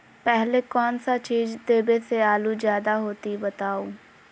पहले कौन सा चीज देबे से आलू ज्यादा होती बताऊं?